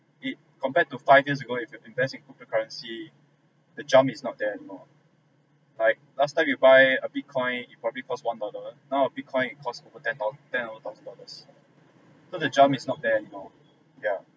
it compare to five years ago if you invest in cryptocurrency the jump is not there anymore like last time you buy a Bitcoin it probably cost one dollar now a Bitcoin it costs over ten thou~ ten over thousand dollars so the jump is not there anymore yeah